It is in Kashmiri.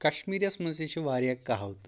کشمیٖریس منٛز تہِ چھِ واریاہ کَہاوتہٕ